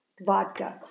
vodka